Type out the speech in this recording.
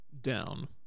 down